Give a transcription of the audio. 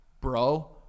Bro